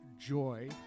joy